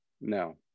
No